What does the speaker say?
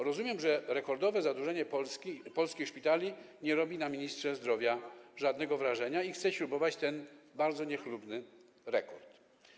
Rozumiem że rekordowe zadłużenie polskich szpitali nie robi na ministrze zdrowia żadnego wrażenia i chce śrubować ten bardzo niechlubny rekord.